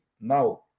now